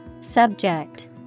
Subject